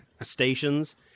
stations